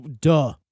Duh